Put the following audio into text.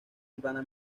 hermana